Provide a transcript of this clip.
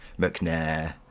McNair